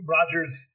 Roger's